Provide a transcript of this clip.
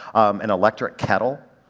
an electric kettle.